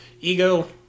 Ego